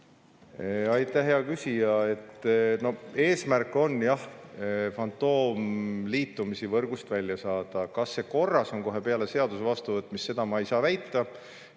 Aitäh, hea küsija! Eesmärk on jah fantoomliitumisi võrgust välja saada. Kas see korras on kohe peale seaduse vastuvõtmist? Seda ma ei saa väita.